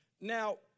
Now